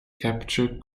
capture